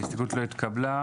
0 ההסתייגות לא התקבלה.